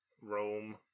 Rome